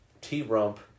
T-Rump